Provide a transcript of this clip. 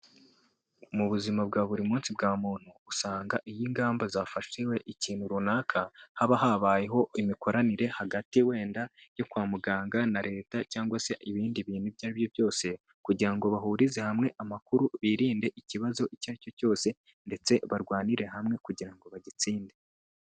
Mu buzima bwa buri munsi bwa muntu usanga iyo ingamba zafawe ikintu runaka haba habayeho imikoranire hagati wenda yo kwa muganga na leta cyangwa se ibindi bintu ibyo aribyo byose kugira ngo bahurize hamwe amakuru birinde ikibazo icyo ari cyo cyose ndetse barwanire hamwe kugira ngo bagitsinde.